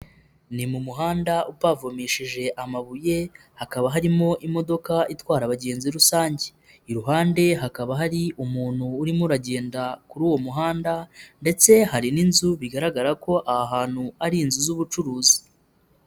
Ni mu muhanda upavomesheje amabuye, hakaba harimo imodoka itwara abagenzi rusange, iruhande hakaba hari umuntu urimo uragenda kuri uwo muhanda ndetse hari n'inzu bigaragara ko aha hantu ari inzu z'ubucuruzi.